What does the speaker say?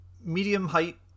Medium-height